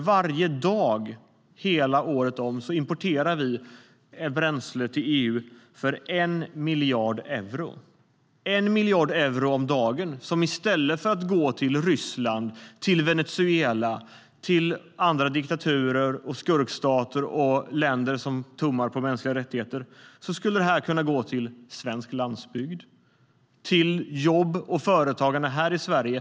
Varje dag under hela året importerar vi bränsle till EU för 1 miljard euro. Det är 1 miljard euro om dagen som i stället för att gå till Ryssland, till Venezuela och till andra diktaturer, skurkstater och länder som tummar på mänskliga rättigheter skulle kunna gå till svensk landsbygd och till jobb och företagande här i Sverige.